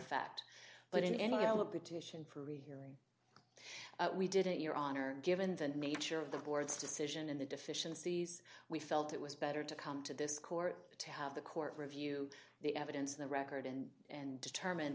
rehearing we didn't your honor given the nature of the board's decision and the deficiencies we felt it was better to come to this court to have the court review the evidence in the record and and determined